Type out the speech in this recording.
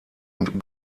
und